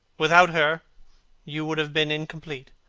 without her you would have been incomplete.